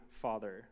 Father